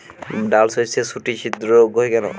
ডালশস্যর শুটি ছিদ্র রোগ হয় কেন?